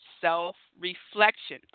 self-reflection